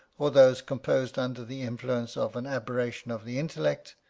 or those composed under the influence of an aberration of the intellect,